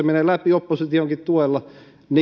menee läpi oppositionkin tuella